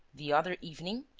the other evening?